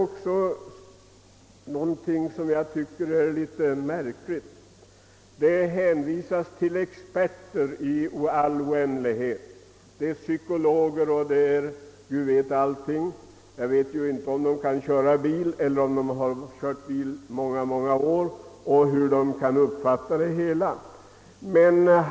Vidare hänvisas det till experter i all oändlighet: psykologer och guvetallt. Jag vet inte om dessa experter kan köra bil, men det kan ju också hända att de kört bil i många år.